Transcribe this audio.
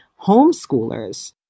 homeschoolers